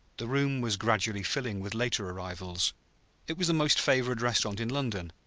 the room was gradually filling with later arrivals it was the most favored restaurant in london,